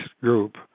group